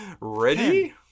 Ready